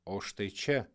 o štai čia